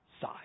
side